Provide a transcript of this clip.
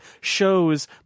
shows